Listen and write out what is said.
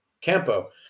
Campo